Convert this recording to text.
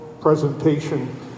presentation